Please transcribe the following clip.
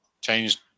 changed